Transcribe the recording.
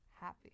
happy